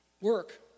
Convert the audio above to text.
work